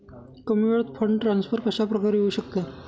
कमी वेळात fund transfer कशाप्रकारे होऊ शकतात?